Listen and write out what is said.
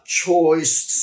choice